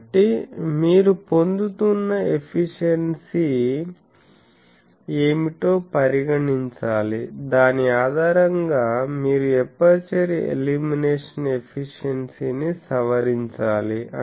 కాబట్టి మీరు పొందుతున్న ఎఫిషియెన్సీ ఏమిటో పరిగణించాలి దాని ఆధారంగా మీరు ఎపర్చరు ఇల్యూమినేషన్ ఎఫిషియెన్సీని సవరించాలి